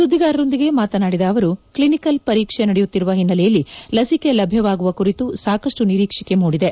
ಸುದ್ದಿಗಾರೊಂದಿಗೆ ಮಾತನಾಡಿದ ಅವರು ಕ್ಲಿನಿಕಲ್ ಪರೀಕ್ಷೆ ನಡೆಯುತ್ತಿರುವ ಓನ್ನೆಲೆಯಲ್ಲಿ ಲಶಿಕೆ ಲಭ್ಯವಾಗುವ ಕುರಿತು ಸಾಕಷ್ಟು ನಿರೀಕ್ಷೆ ಮೂಡಿದೆ